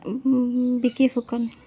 Bikki Phukan